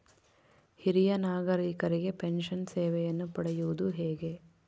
ಹಿರಿಯ ನಾಗರಿಕರಿಗೆ ಪೆನ್ಷನ್ ಸೇವೆಯನ್ನು ಪಡೆಯುವುದು ಹೇಗೆ?